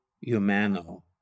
humano